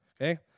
Okay